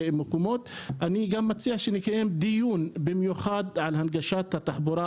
אני מציע שנקיים דיון מיוחד על הנגשת התחבורה